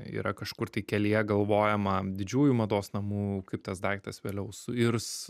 yra kažkur tai kelyje galvojama didžiųjų mados namų kaip tas daiktas vėliau suirs